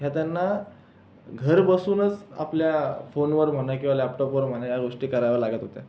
ह्या त्यांना घर बसूनच आपल्या फोनवर म्हणा किंवा लॅपटॉपवर म्हणा या गोष्टी कराव्या लागत होत्या